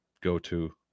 go-to